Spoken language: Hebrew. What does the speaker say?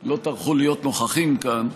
לא טרחו להיות נוכחים כאן,